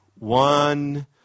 One